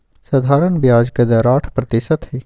सधारण ब्याज के दर आठ परतिशत हई